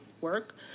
work